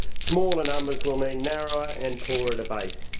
smaller numbers will mean narrower and poorer debate.